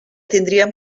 tindríem